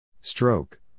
Stroke